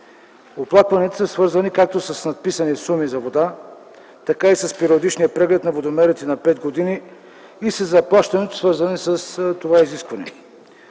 Оплакванията са свързани както с надписани суми за вода, така и с периодичния преглед на водомерите на пет години и със заплащанията, свързани с това изискване.